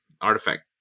artifact